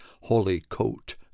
holy-coat